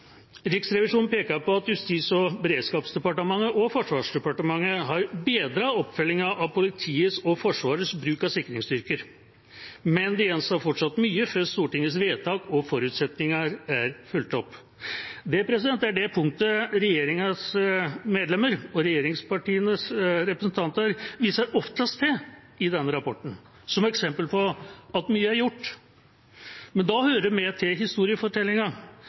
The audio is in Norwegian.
Riksrevisjonen peker på at Justis- og beredskapsdepartementet og Forsvarsdepartementet har bedret oppfølgingen av politiets og Forsvarets bruk av sikringsstyrker. Men det gjenstår fortsatt mye før Stortingets vedtak og forutsetninger er fulgt opp. Det er det punktet regjeringas medlemmer og regjeringspartienes representanter viser oftest til i denne rapporten, som eksempel på at mye er gjort. Men da hører det med til